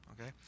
okay